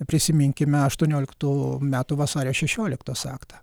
prisiminkime aštuonioliktų metų vasario šešioliktos aktą